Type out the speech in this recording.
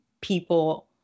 people